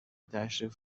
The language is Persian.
تشریف